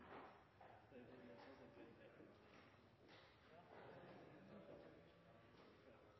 Det blir